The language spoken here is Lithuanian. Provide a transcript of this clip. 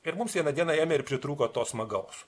ir mums vieną dieną ėmė ir pritrūko to smagaus